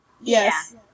Yes